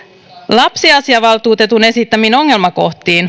lapsiasiainvaltuutetun esittämiin ongelmakohtiin